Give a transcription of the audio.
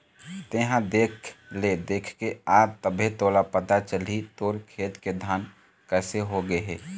तेंहा देख ले देखके आ तभे तोला पता चलही तोर खेत के धान कइसे हो गे हे